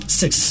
six